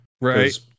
Right